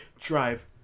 drive